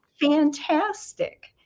Fantastic